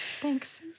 Thanks